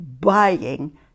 buying